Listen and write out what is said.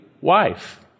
wife